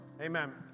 Amen